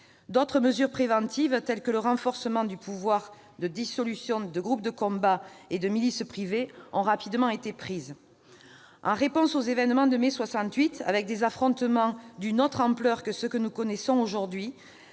D'autres mesures préventives telles que le renforcement du pouvoir de dissolution de groupes de combat et de milices privées ont rapidement été prises. En réponse aux événements de mai 1968, avec des affrontements d'une autre ampleur que ceux que nous connaissons aujourd'hui,